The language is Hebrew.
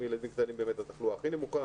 ילדים קטנים בתחלואה הכי נמוכה,